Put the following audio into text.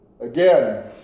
Again